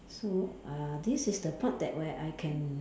so uh this is the part where I can